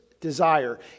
desire